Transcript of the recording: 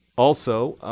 also,